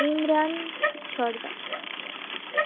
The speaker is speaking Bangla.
ইমরান সর্দার